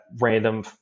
random